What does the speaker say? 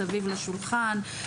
מסביב לשולחן,